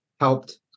helped